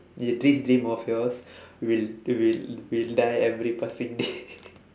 thi~ this dream of yours will will will die every passing day